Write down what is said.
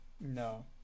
No